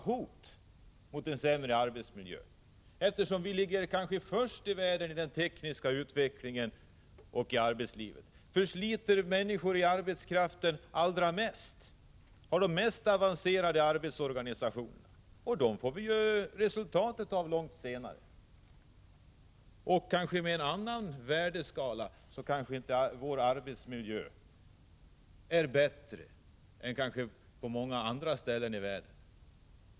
Vi riskerar nämligen att få en sämre arbetsmiljö, eftersom Sverige ligger främst när det gäller den tekniska utvecklingen inom arbetslivet. Människor i arbetsför ålder förslits allra mest, trots att vi har den mest avancerade arbetsorganisationen i världen. Långt senare kommer vi att se resultatet av den här utvecklingen. Om vi hade en annan värdeskala kanske vår arbetsmiljö inte skulle kunna anses vara bättre än arbetsmiljön på många andra håll i världen.